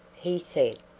he said.